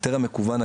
היתר מקוון,